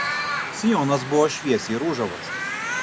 sijonas buvo šviesiai ružavas